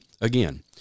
again